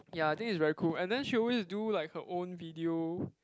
ya I think it's very cool and then she always do like her own video